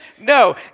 No